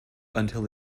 until